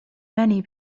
many